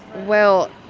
well,